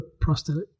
prosthetic